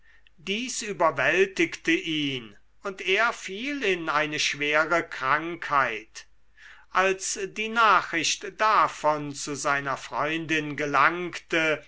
dies überwältigte ihn und er fiel in eine schwere krankheit als die nachricht davon zu seiner freundin gelangte